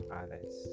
others